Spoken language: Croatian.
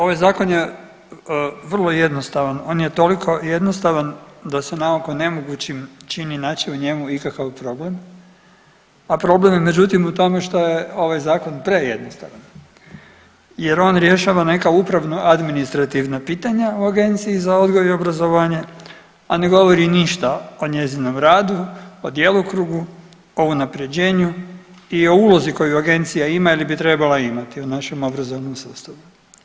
Ovaj zakon je vrlo jednostavan, on je toliko jednostavno da se na oko nemogućim čini naći u njemu ikakav problem, a problem je međutim u tome što je ovaj zakon prejednostavan jer on rješava neka upravno administrativna pitanja u Agenciji za odgoj i obrazovanje, a ne govori ništa o njezinom radu, o djelokrugu, o unapređenju i o ulozi koju agencija ima ili bi trebala imati u našem obrazovnom sustavu.